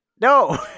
no